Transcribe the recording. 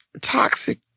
toxic